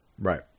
Right